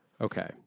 Okay